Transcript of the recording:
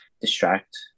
distract